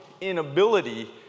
inability